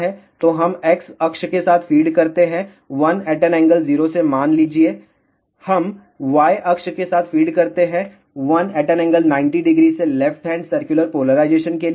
तो हम x अक्ष के साथ फ़ीड करते हैं 1∠0 से मान लीजिए हम y अक्ष के साथ फ़ीड करते हैं 1∠900 से लेफ्ट हैंड सर्कुलर पोलराइजेशन के लिए